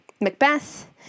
Macbeth